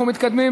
ככלל,